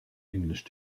english